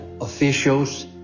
officials